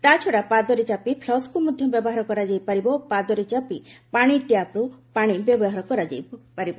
ତାଛଡ଼ା ପାଦରେ ଚାପି ଫୁସ୍କୁ ମଧ୍ୟ ବ୍ୟବହାର କରାଯାଇ ପାରିବ ଓ ପାଦରେ ଚାପି ପାଣି ଟ୍ୟାପ୍ରୁ ପାଣି ବାହାର କରାଯାଇ ପାରିବ